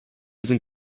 sind